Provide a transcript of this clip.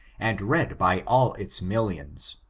and read by all its millions.